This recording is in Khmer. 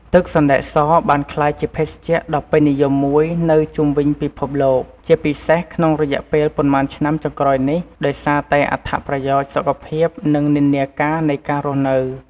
ទឹកសណ្តែកសបានក្លាយជាភេសជ្ជៈដ៏ពេញនិយមមួយនៅជុំវិញពិភពលោក ជាពិសេសក្នុងរយៈពេលប៉ុន្មានឆ្នាំចុងក្រោយនេះ ដោយសារតែអត្ថប្រយោជន៍សុខភាព និងនិន្នាការនៃការរស់នៅ។